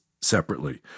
separately